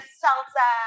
salsa